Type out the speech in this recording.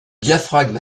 diaphragme